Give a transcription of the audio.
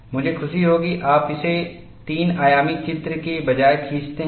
मुझे खुशी होगी आप इसे तीन आयामी चित्र के बजाय खींचते हैं